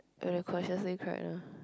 if the question say correct lah